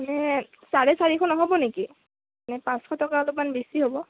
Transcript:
মানে চাৰে চাৰিশ নহ'ব নেকি মানে পাঁচশ টকা অলপমান বেছি হয়